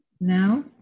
now